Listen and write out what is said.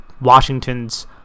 Washington's